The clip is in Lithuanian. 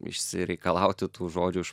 išsireikalauti tų žodžių iš